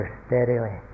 steadily